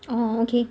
oh okay